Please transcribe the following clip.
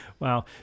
Wow